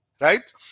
right